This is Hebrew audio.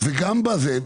וגם בזה,